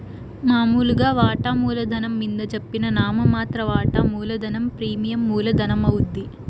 మామూలుగా వాటామూల ధనం మింద జెప్పిన నామ మాత్ర వాటా మూలధనం ప్రీమియం మూల ధనమవుద్ది